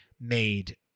made